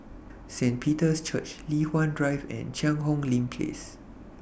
Saint Peter's Church Li Hwan Drive and Cheang Hong Lim Place